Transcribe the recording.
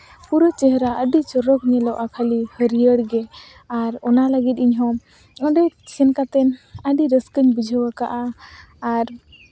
ᱯᱩᱨᱟᱹ ᱪᱮᱦᱨᱟ ᱟᱹᱰᱤ ᱪᱚᱨᱚᱠ ᱧᱮᱞᱚᱜᱼᱟ ᱠᱷᱟᱹᱞᱤ ᱦᱟᱹᱨᱭᱟᱹᱲ ᱜᱮ ᱟᱨ ᱚᱱᱟ ᱞᱟᱹᱜᱤᱫ ᱤᱧᱦᱚᱸ ᱚᱸᱰᱮ ᱥᱮᱱ ᱠᱟᱛᱮᱫ ᱟᱹᱰᱤ ᱨᱟᱹᱥᱟᱹᱧ ᱵᱩᱡᱷᱟᱹᱣ ᱟᱠᱟᱫᱼᱟ ᱟᱨ